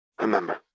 Remember